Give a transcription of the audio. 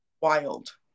Wild